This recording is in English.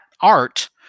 art